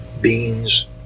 beans